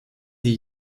die